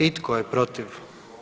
I tko je protiv?